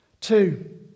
two